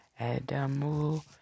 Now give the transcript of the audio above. adamu